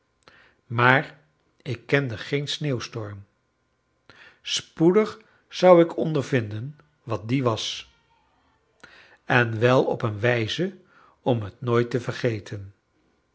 maar ik kende geen sneeuwstorm spoedig zou ik ondervinden wat die was en wel op een wijze om het nooit te vergeten